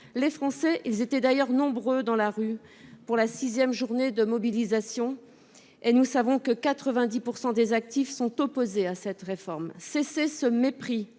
Les Français étaient d'ailleurs nombreux dans la rue aujourd'hui, pour la sixième journée de mobilisation. Nous savons que 90 % des actifs sont opposés à cette réforme. Cessez ce mépris